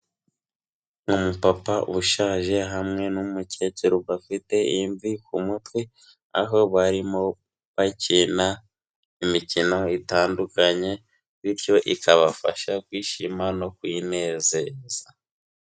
Umupapa ushaje hamwe n'umukecuru bafite imvi ku mutwe, aho barimo bakina imikino itandukanye , bityo ikabafasha kwishima no kwinezeza.